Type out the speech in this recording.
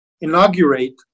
inaugurate